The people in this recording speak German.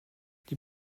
die